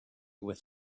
with